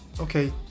Okay